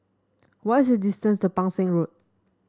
what's the distance to Pang Seng Road